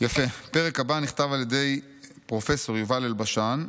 הפרק הבא נכתב על ידי פרופ' יובל אלבשן.